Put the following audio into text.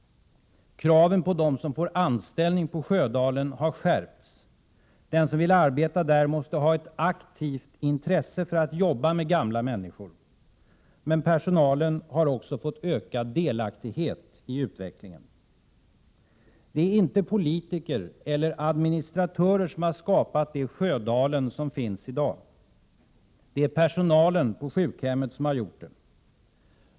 Kraven på dem som får anställning på Sjödalen har skärpts. Den som vill arbeta där måste ha ett aktivt intresse för att jobba med gamla människor. Men personalen har också fått ökad delaktighet i utvecklingen. Det är inte politiker eller administratörer som har skapat det Sjödalen som finns i dag. Det är personalen på sjukhemmet som har gjort det.